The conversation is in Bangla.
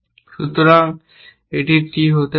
সুতরাং এই T হতে পারে